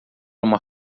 uma